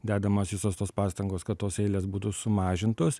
dedamos visos tos pastangos kad tos eilės būtų sumažintos